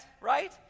right